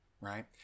Right